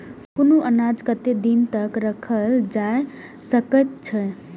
कुनू अनाज कतेक दिन तक रखल जाई सकऐत छै?